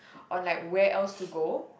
on like where else to go